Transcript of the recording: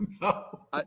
No